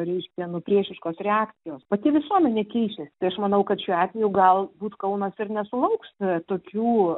reiškia nu priešiškos reakcijos pati visuomenė keičias tai aš manau kad šiuo atveju galbūt kaunas ir nesulauks tokių